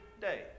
day